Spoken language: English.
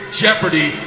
jeopardy